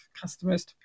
customers